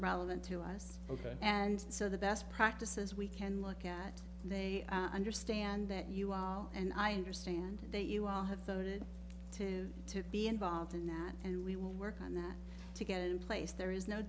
relevant to us ok and so the best practices we can look at and they understand that you all and i understand that you all have voted to to be involved in that and we will work on that to get it in place there is no